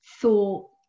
thought